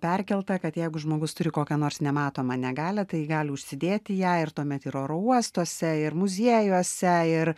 perkelta kad jeigu žmogus turi kokią nors nematomą negalią tai gali užsidėti ją ir tuomet ir oro uostuose ir muziejuose ir